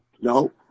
No